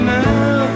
now